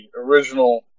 original